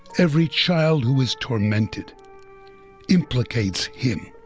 every child who is tormented implicates him.